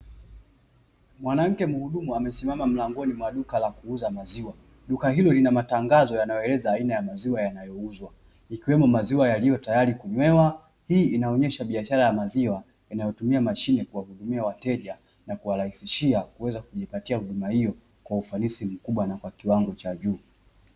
Mwanamke muhudumu amesimama mlangoni mwa duka la kuuza maziwa, duka hilo lina matangazo yanayoeleza aina ya maziwa yanayouzwa ikiwemo maziwa yaliyo tayari kunywewa, hii inaonyesha biashara ya maziwa inayotumia mashine kuwahudumia wateja na kuwarahisishia kuweza kujipatia huduma hiyo kwa ufanisi mkubwa na kwa kiwango cha juu.